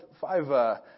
five